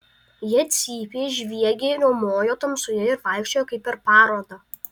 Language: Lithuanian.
jie cypė žviegė riaumojo tamsoje ir vaikščiojo kaip per parodą